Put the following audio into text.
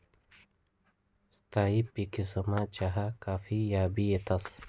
स्थायी पिकेसमा चहा काफी याबी येतंस